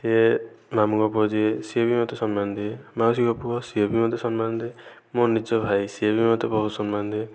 ସିଏ ମାମୁଁଙ୍କ ପୁଅ ଯିଏ ସିଏ ବି ମୋତେ ସମ୍ମାନ ଦିଏ ମାଉସୀଙ୍କ ପୁଅ ସିଏ ବି ମୋତେ ସମ୍ମାନ ଦିଏ ମୋ ନିଜ ଭାଇ ସିଏ ବି ମୋତେ ବହୁତ ସମ୍ମାନ ଦିଏ